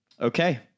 okay